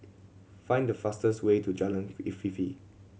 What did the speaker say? find the fastest way to Jalan Afifi